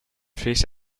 fish